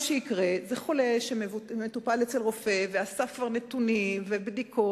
מה שיקרה זה שחולה שמטופל אצל רופא כבר אסף נתונים ובדיקות,